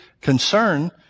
concern